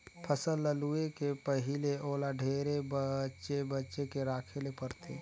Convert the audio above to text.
फसल ल लूए के पहिले ओला ढेरे बचे बचे के राखे ले परथे